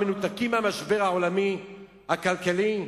מנותקים מהמשבר העולמי הכלכלי?